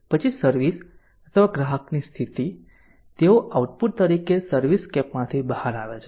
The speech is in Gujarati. પછી સર્વિસ અથવા ગ્રાહકની સ્થિતિ તેઓ આઉટપુટ તરીકે સર્વિસસ્કેપમાંથી બહાર આવે છે